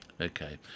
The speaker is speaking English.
Okay